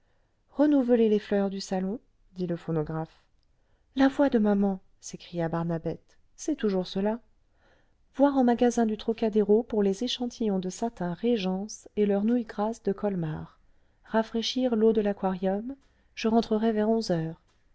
renouveler les fleurs du salon dit le phonographe la voix de maman s'écria barnabette c'est toujours cela voir aux magasins du trocadéro pour les échantillons de satin régence et leurs nouilles grasses de colmar rafraîchir l'eau de l'aquarium je rentrerai vers onze heures